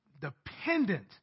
dependent